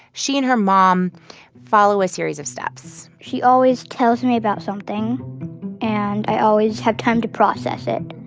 she and her mom follow a series of steps she always tells me about something and i always have time to process it,